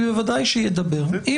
חבר הכנסת כץ,